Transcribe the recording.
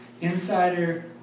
insider